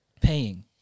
Paying